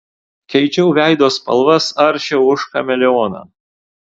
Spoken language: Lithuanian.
keičiau veido spalvas aršiau už chameleoną